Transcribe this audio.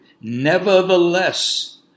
Nevertheless